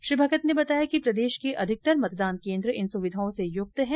श्री भगत ने बताया कि प्रदेश के अधिकतर मतदान केंद्र इन सुविधाओं से युक्त हैं